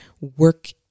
work